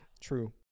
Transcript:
true